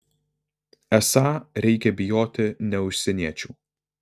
esą reikia bijoti ne užsieniečių